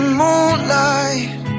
moonlight